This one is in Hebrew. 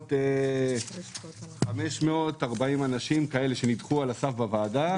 בסביבות 540 אנשים שנדחו על הסף בוועדה.